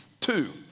Two